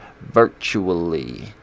virtually